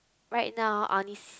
right now I only s~